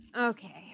okay